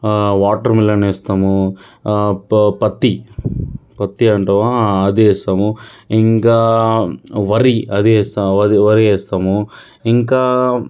ఆ వాటర్మిలన్ వేస్తాము పత్తి పత్తి అంటావా అది వేస్తాము ఇంకా వరి అది వేస్తా వరి అది వేస్తాము ఇంకా